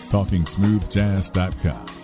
TalkingSmoothJazz.com